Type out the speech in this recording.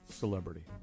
celebrity